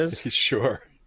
Sure